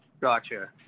Gotcha